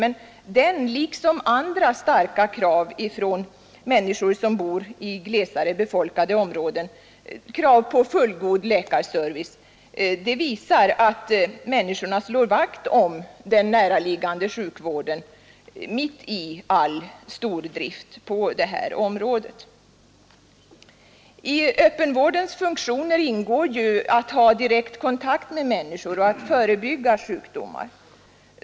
Men den, liksom andra starka krav på fullgod läkarservice från människor som bor i glesare befolkade områden, visar att människorna slår vakt om den näraliggande sjukvården mitt i all stordrift på detta område. I öppenvårdens funktioner ingår ju att ha direkt kontakt med människor och att förbygga sjukdomar.